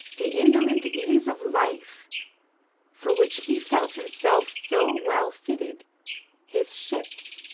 the indolent ease of life for which he felt himself so well fitted his ships,